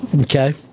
Okay